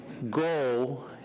Goal